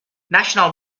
national